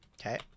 Okay